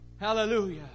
Hallelujah